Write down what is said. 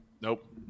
Nope